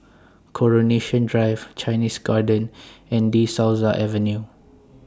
Coronation Drive Chinese Garden and De Souza Avenue